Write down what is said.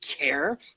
care